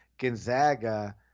Gonzaga